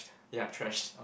ya trash